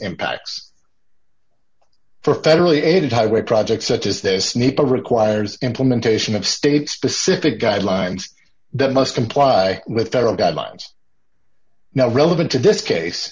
impacts for federally aided highway projects such as this nepa requires implementation of state specific guidelines that must comply with federal guidelines now relevant to this case